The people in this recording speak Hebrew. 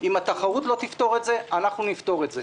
אם התחרות לא תפתור את זה אנחנו נפתור את זה.